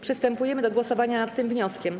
Przystępujemy do głosowania nad tym wnioskiem.